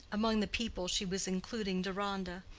among the people she was including deronda.